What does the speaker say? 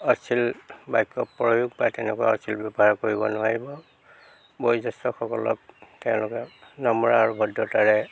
অশ্লীল বাক্য প্ৰয়োগ বা তেনেকুৱা ব্যৱহাৰ কৰিব নোৱাৰিব বয়োজেষ্ঠ্যসকলক তেওঁলোকে নম্ৰ আৰু ভদ্ৰতাৰে